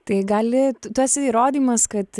tai gali tu esi įrodymas kad